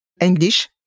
English